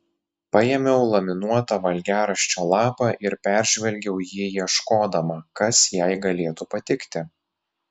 paėmiau laminuotą valgiaraščio lapą ir peržvelgiau jį ieškodama kas jai galėtų patikti